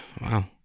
Wow